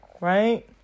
right